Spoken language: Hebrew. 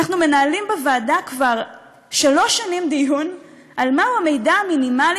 אנחנו מנהלים בוועדה כבר שלוש שנים דיון על מהו המידע המינימלי